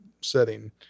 setting